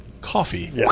Coffee